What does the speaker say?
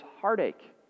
heartache